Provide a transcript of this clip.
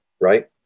Right